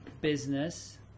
business